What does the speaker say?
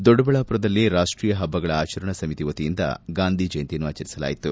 ದೊಡ್ಡಬಳ್ಳಾಪುರದಲ್ಲಿ ರಾಷ್ಟೀಯ ಹಬ್ಬಗಳ ಆಚರಣಾ ಸಮಿತಿ ವತಿಯಿಂದ ಗಾಂಧಿ ಜಯಂತಿಯನ್ನು ಆಚರಿಸಲಾಯಿತು